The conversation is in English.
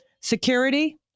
security